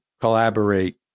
collaborate